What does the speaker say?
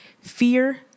fear